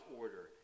order